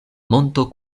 monto